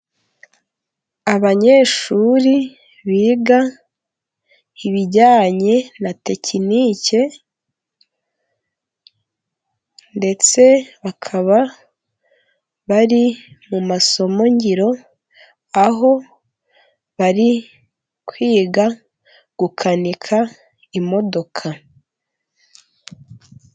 Abanyeshuri biga ibijyanye na tekinike, ndetse bakaba bari mu masomo ngiro aho bari kwiga gukanika imodoka.